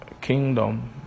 kingdom